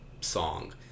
song